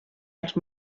als